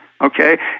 okay